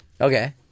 Okay